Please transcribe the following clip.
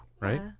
right